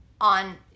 on